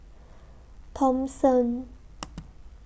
Thomson